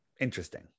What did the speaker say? Interesting